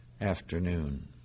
afternoon